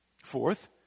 Fourth